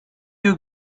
you